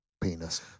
penis